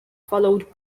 followed